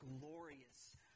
glorious